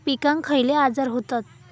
पिकांक खयले आजार व्हतत?